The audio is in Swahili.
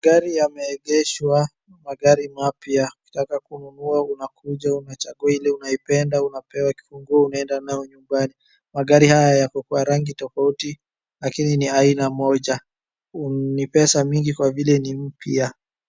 Gari yameegeshwa, magari mapya ukitaka kununua unakuja unachagua ile unaipenda unapewa kifunguo unaenda nayo nyumbani. Magari haya yako kwa rangi tofauti lakini ni aina moja. Ni pesa mingi kwa vile ni mpya.